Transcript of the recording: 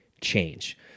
change